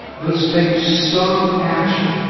let's take some action,